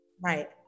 right